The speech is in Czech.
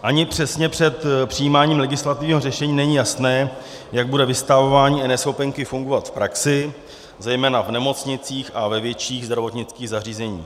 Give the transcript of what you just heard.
Ani přesně před přijímáním legislativního řešení není jasné, jak bude vystavování eNeschopenky fungovat v praxi, zejména v nemocnicích a ve větších zdravotnických zařízeních.